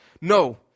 No